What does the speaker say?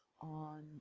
on